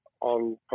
on